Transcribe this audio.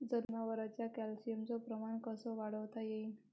जनावरात कॅल्शियमचं प्रमान कस वाढवता येईन?